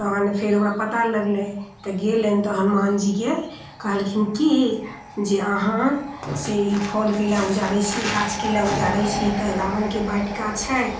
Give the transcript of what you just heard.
तहन फेर ओकरा पता लगलै तऽ गेलनि तऽ हनुमानजी केकहलखिन कि जे अहाँ से ई फल कइ लए उजाड़ै छियै गाछ कइ लए उजाड़ै छी तऽ रावणके वाटिका छै